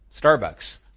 Starbucks